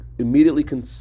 immediately